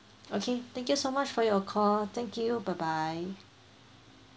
okay thank you so much for your call thank you bye bye